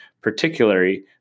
particularly